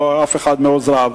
לא אף אחד מעוזריו,